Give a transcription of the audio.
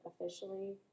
officially